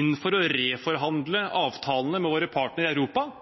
inn for å reforhandle avtalene med våre partnere i Europa –